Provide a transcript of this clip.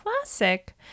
classic